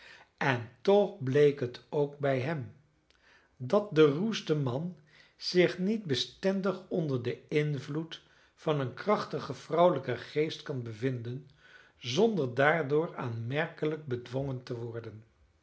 en toch bleek het ook bij hem dat de ruwste man zich niet bestendig onder den invloed van een krachtigen vrouwelijken geest kan bevinden zonder daardoor aanmerkelijk bedwongen te worden